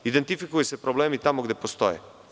Identifikuju se problemi tamo gde postoje.